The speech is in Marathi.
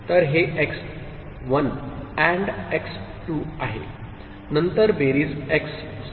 तर हे एक्स 1 AND एक्स 2 आहे नंतर बेरीज x7